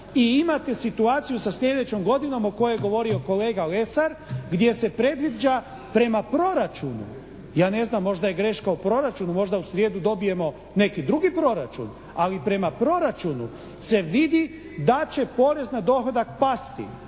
i imate situaciju sa sljedećom godinom o kojoj je govorio kolega Lesar gdje se predviđa prema proračunu, ja ne znam možda je greška u proračunu, možda u srijedu dobijemo neki drugi proračun, ali prema proračunu se vidi da će porez na dohodak pasti